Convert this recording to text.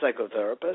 psychotherapist